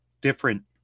different